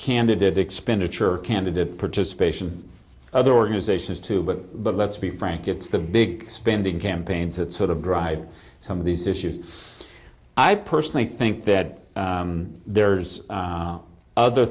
candidate expenditure candidate participation other organizations too but but let's be frank it's the big spending campaigns that sort of drive some of these issues i personally think that there's other